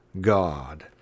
God